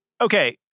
Okay